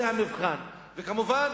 זה המבחן, וכמובן,